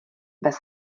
bez